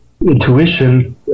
intuition